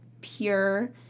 pure